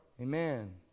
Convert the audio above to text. Amen